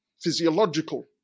physiological